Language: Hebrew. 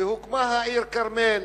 והוקמה העיר כרמיאל.